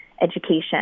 education